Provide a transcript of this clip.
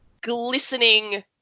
glistening